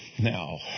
Now